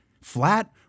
flat